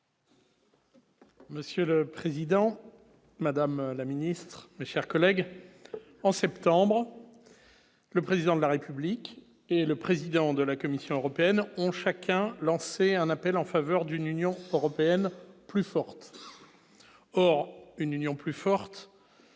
Monsieur le Président, Madame la Ministre, mes chers collègues, en septembre, le président de la République et le président de la Commission européenne ont chacun lancé un appel en faveur d'une Union européenne plus forte, or une Union plus forte.